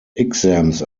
exams